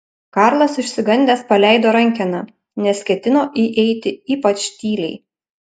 karlas išsigandęs paleido rankeną nes ketino įeiti ypač tyliai